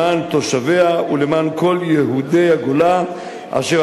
למען תושביה ולמען כל יהודי הגולה אשר